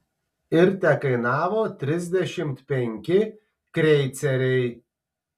ir tekainavo trisdešimt penki kreiceriai